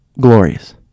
Glorious